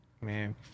Man